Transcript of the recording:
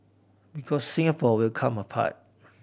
because Singapore will come apart